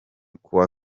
kuwa